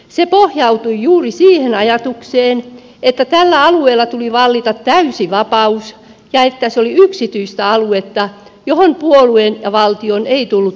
se pohjautui juuri siihen ajatukseen että tällä alueella tuli vallita täysi vapaus ja että se oli yksityistä aluetta johon puolueen ja valtion ei tullut puuttua